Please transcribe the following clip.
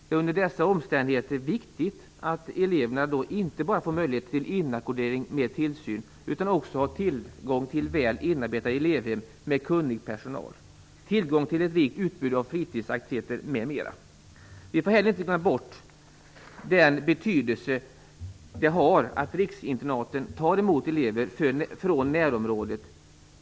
Det är under dessa omständigheter viktigt att eleverna då inte bara får möjlighet till inackordering med tillsyn utan också har tillgång till väl inarbetade elevhem med kunnig personal, ett rikt utbud av fritidsaktiviteter m.m. Vi får heller inte glömma bort den betydelse det har att riksinternaten tar emot elever från närområdet.